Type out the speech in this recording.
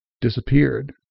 disappeared